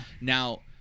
now